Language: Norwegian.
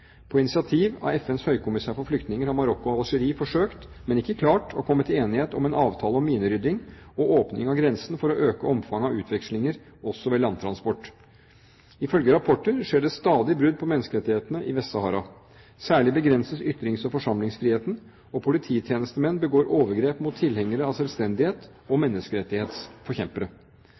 På initiativ av FNs høykommissær for flyktninger har Marokko og Algerie forsøkt, men ikke klart, å komme til enighet om en avtale om minerydding og åpning av grensen for å øke omfanget av utvekslinger også ved landtransport. Ifølge rapporter skjer det stadig brudd på menneskerettighetene i Vest-Sahara. Særlig begrenses ytrings- og forsamlingsfriheten, og polititjenestemenn begår overgrep mot tilhengere av selvstendighet og menneskerettighetsforkjempere.